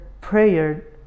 prayer